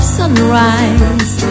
sunrise